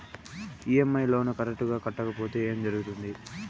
EMI loan correct గా కట్టకపోతే ఏం జరుగుతుంది